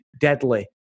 deadly